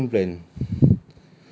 it's a different plan